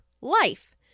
life